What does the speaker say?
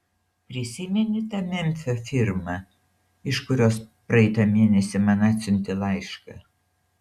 prisimeni tą memfio firmą iš kurios praeitą mėnesį man atsiuntė laišką